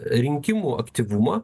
rinkimų aktyvumą